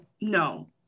No